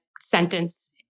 sentence